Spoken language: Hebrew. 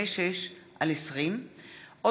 השלוש-מאות-ושבעים-וחמש של הכנסת העשרים יום שלישי,